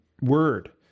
word